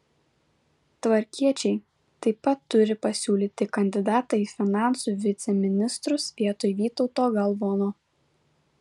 tvarkiečiai taip pat turi pasiūlyti kandidatą į finansų viceministrus vietoj vytauto galvono